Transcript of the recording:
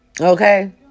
Okay